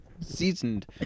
seasoned